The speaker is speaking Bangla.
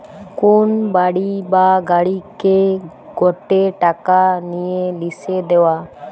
কোন বাড়ি বা গাড়িকে গটে টাকা নিয়ে লিসে দেওয়া